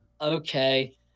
okay